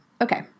Okay